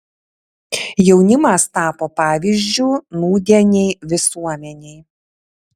jaunimas tapo pavyzdžiu nūdienei visuomenei